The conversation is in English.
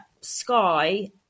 Sky